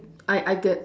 I I get